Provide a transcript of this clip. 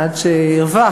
עד שירווח,